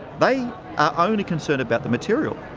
they are only concerned about the material.